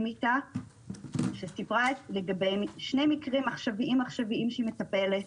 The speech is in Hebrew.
איתה על שני מקרים עכשוויים שהיא מטפלת